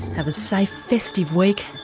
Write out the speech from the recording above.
have a safe festive week. and,